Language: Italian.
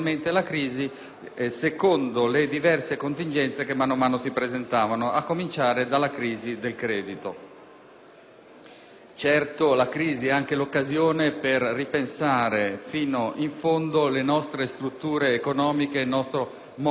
secondo le diverse contingenze che man mano si presentavano, a cominciare dalla crisi del credito. Certo, la crisi è anche l'occasione per ripensare fino in fondo le nostre strutture economiche e il nostro modo di essere.